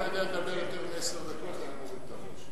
אם הוא יודע לדבר יותר מעשר דקות אני מוריד את הראש.